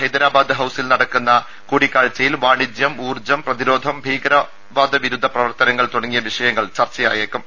ഹൈദരാബാദ് ഹൌസിൽ നടക്കുന്ന കൂടിക്കാഴ്ചയിൽ വാണിജ്യം ഊർജ്ജം പ്രതിരോധം ഭീകരവാദ വിരുദ്ധ പ്രവർത്തനങ്ങൾ തുടങ്ങിയ വിയഷയങ്ങൾ ചർച്ചയായേക്കും